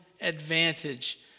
advantage